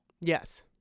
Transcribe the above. Yes